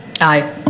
Aye